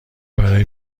برای